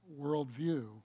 worldview